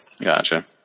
Gotcha